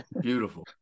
Beautiful